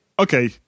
Okay